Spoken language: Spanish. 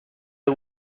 del